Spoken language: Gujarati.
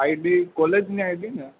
આઈડી કોલેજની આઈડીને